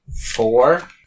four